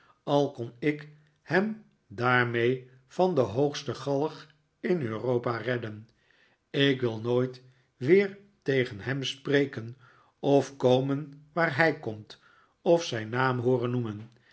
al kon ik hem daarmee van de hoogste galg in europa redden ik wil nooit weer tegen hem spreken of komen waar hij komt of zijn naam hooren noemen